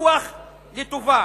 "קיפוח לטובה".